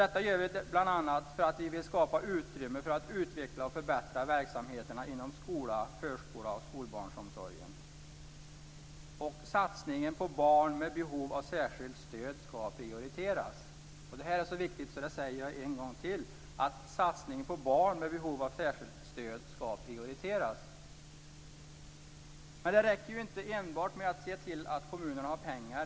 Det gör vi bl.a. för att vi vill skapa utrymme för att utveckla och förbättra verksamheterna inom skola, förskola och skolbarnsomsorg. Satsningen på barn med behov av särskilt stöd skall prioriteras. Detta är så viktigt att jag säger det en gång till: Satsningen på barn med behov av särskilt stöd skall prioriteras. Men det räcker inte att enbart se till att kommunerna har pengar.